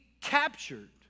captured